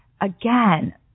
again